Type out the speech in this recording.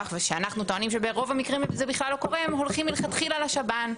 ושאנחנו טוענים שברוב המקרים זה בכלל לא קורה והם הולכים מלכתחילה לשב"ן,